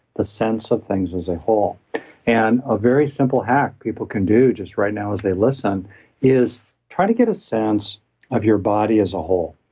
the sense of things as a whole and a very simple hack people can do just right now as they listen is try to get a sense of your body as a whole.